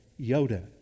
Yoda